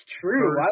true